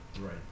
Right